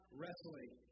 wrestling